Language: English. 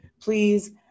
please